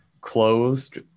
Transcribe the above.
closed